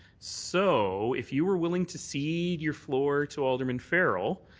so if you were willing to cede your floor to alderman farrell,